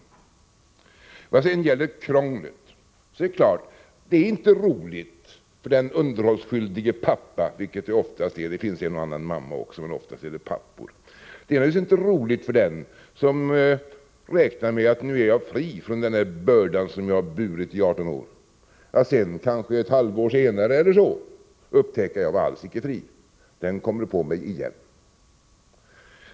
Vad det sedan gäller krånglet är det naturligtvis inte roligt för den underhållsskyldige pappan — det finns en och annan mamma också, men oftast är det ju fråga om pappor — som räknar med att han nu är fri från den börda han burit i 18 år att ett halvår senare upptäcka att han alls icke är fri.